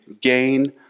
gain